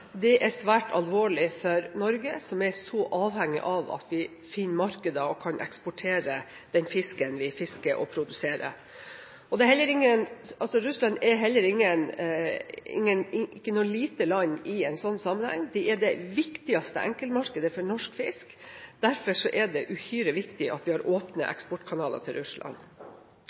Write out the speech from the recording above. er svært alvorlig for Norge, som er så avhengig av at vi finner markeder og kan eksportere den fisken vi fisker og produserer. Russland er heller ikke noe lite land i en sånn sammenheng. Det er det viktigste enkeltmarkedet for norsk fisk, derfor er det uhyre viktig at vi har åpne eksportkanaler til Russland.